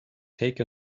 take